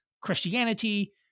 Christianity